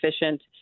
efficient